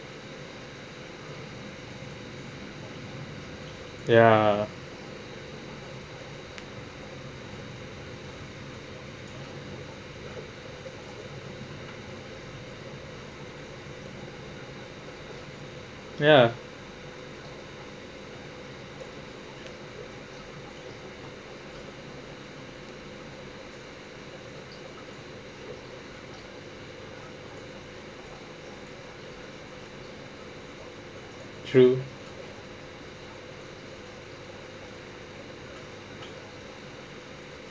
ya true